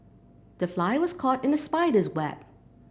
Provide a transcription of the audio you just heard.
the fly was caught in the spider's web